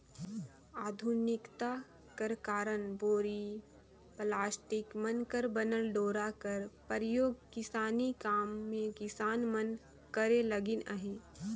आधुनिकता कर कारन बोरी, पलास्टिक मन कर बनल डोरा कर परियोग किसानी काम मे किसान मन करे लगिन अहे